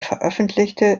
veröffentlichte